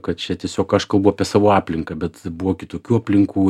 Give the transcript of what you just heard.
kad čia tiesiog aš kalbu apie savo aplinką bet buvo kitokių aplinkų